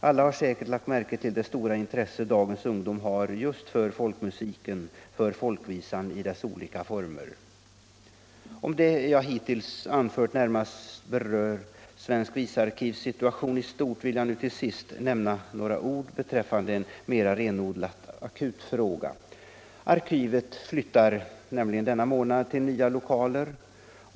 Alla har säkert lagt märke till det stora intresse dagens ungdom har för folkmusiken i dess olika former. Om det jag hittills anfört närmast berör svenskt visarkivs situation 137 i stort, vill jag nu till slut säga några ord beträffande en mera renodlat akut fråga. Arkivet flyttar denna månad till nya lokaler.